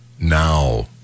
now